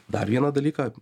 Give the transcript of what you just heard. dar vieną dalyką